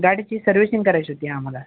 गाडीची सर्विसिंग करायची होती आम्हाला